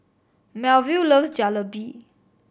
Melville loves Jalebi